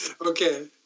Okay